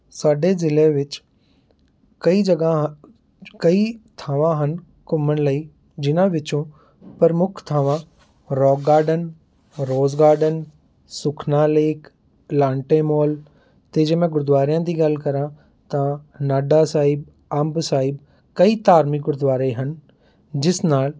ਸਾਡੇ ਜ਼ਿਲ੍ਹੇ ਵਿੱਚ ਕਈ ਜਗ੍ਹਾ ਕਈ ਥਾਵਾਂ ਹਨ ਘੁੰਮਣ ਲਈ ਜਿਹਨਾਂ ਵਿੱਚੋਂ ਪ੍ਰਮੁੱਖ ਥਾਵਾਂ rock garden rose garden Sukhna lake Elante mall ਅਤੇ ਜੇ ਮੈਂ ਗੁਰਦੁਆਰਿਆਂ ਦੀ ਗੱਲ ਕਰਾਂ ਤਾਂ ਨਾਢਾ ਸਾਹਿਬ ਅੰਬ ਸਾਹਿਬ ਕਈ ਧਾਰਮਿਕ ਗੁਰਦੁਆਰੇ ਹਨ ਜਿਸ ਨਾਲ਼